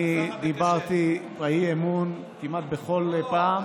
אני דיברתי באי-אמון כמעט בכל פעם.